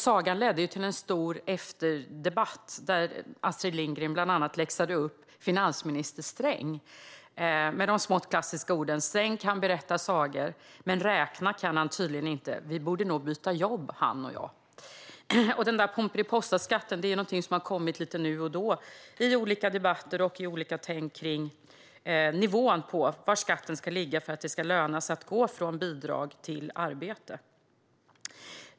Sagan ledde till en stor efterdebatt, där Astrid Lindgren bland annat läxade upp finansminister Sträng med de smått klassiska orden "Sträng kan berätta sagor, men räkna kan han tydligen inte. Vi borde nog byta jobb, han och jag." Pomperipossaskatten är någonting som har återkommit då och då i olika debatter och i olika tänk rörande var nivån på skatten ska ligga för att det ska löna sig att gå från bidrag till arbete.